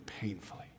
painfully